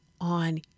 on